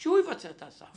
שהוא יבצע את ההסעה.